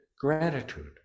gratitude